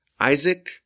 Isaac